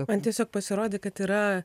man tiesiog pasirodė kad yra